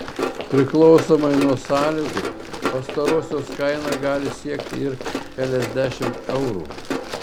priklausomai nuo sąlygų pastarosios kaina gali siekti ir keliasdešimt eurų